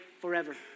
forever